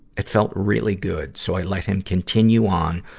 it felt really good, so i let him continue on,